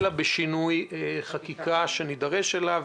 אלא בשינוי חקיקה שנידרש אליו.